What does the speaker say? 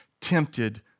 tempted